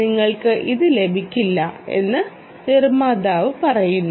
നിങ്ങൾക്ക് ഇത് ലഭിക്കില്ല എന്ന് നിർമ്മാതാവ് പറയുന്നു